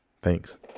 Thanks